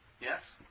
yes